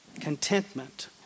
contentment